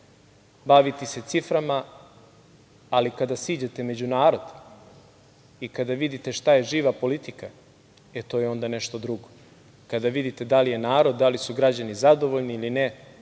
baviti se ciframa, ali kada siđete među narod i kada vidite šta je živa politika, to je onda nešto drugo. Kada vidite da li je narod, da li su građani zadovoljni ili ne,